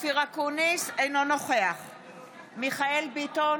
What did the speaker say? אינו נוכח מיכאל מרדכי ביטון,